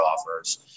offers